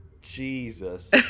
Jesus